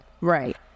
Right